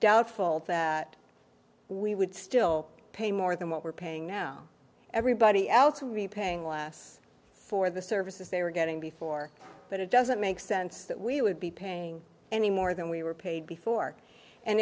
doubtful that we would still pay more than what we're paying now everybody else who repaying last for the services they were getting before but it doesn't make sense that we would be paying any more than we were paid before and